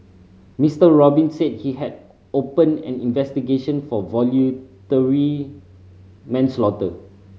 Mister Robin said he had opened an investigation for voluntary manslaughter